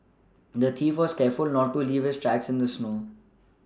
the thief was careful not to leave his tracks in the snow